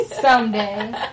Someday